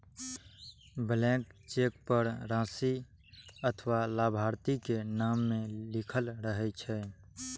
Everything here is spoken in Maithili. ब्लैंक चेक पर राशि अथवा लाभार्थी के नाम नै लिखल रहै छै